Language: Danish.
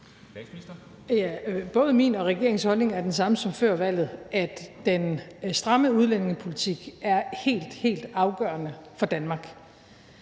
Både min og regeringens holdning er den samme som før valget: at den stramme udlændingepolitik er helt, helt afgørende for Danmark.